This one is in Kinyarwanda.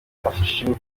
afashijwe